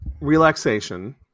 relaxation